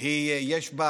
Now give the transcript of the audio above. יש בה